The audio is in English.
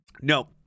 No